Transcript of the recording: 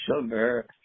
sugar